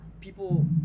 People